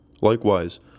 Likewise